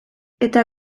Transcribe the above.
eta